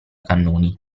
cannoni